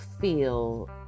feel